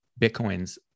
Bitcoins